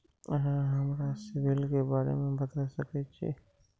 अहाँ हमरा सिबिल के बारे में बता सके छी?